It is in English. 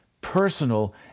personal